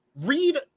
read